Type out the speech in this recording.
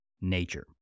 nature